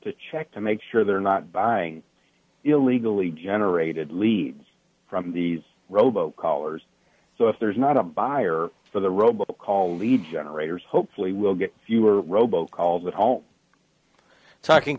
to check to make sure they're not buying illegally generated leads from these robo collars so if there's not a buyer for the robo call lead generators hopefully we'll get fewer robo calls at home talking